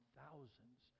thousands